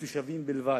מתושבים בלבד,